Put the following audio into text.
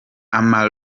ama